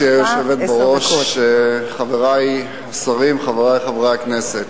גברתי היושבת בראש, חברי השרים, חברי חברי הכנסת,